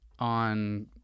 On